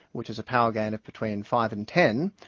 which is a power gain of between five and ten,